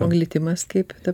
o glitimas kaip ta